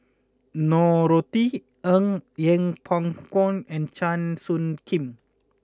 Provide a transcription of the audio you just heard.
Norothy Ng Yeng Pway Ngon and Chua Soo Khim